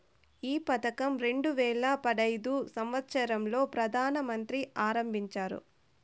ఈ పథకం రెండు వేల పడైదు సంవచ్చరం లో ప్రధాన మంత్రి ఆరంభించారు